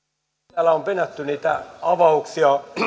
täällä on penätty niitä avauksia